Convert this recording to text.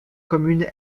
commune